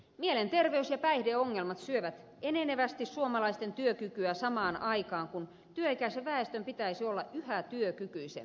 mielenterveys ja päihdeongelmat syövät enenevästi suomalaisten työkykyä samaan aikaan kun työikäisen väestön pitäisi olla yhä työkykyisempää